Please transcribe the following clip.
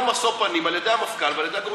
משוא פנים על ידי המפכ"ל ועל ידי הגורמים המקצועיים?